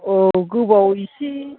औ गोबाव एसे